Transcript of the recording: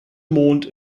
mond